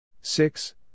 six